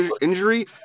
injury